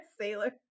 Sailor